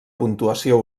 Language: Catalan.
puntuació